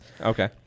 Okay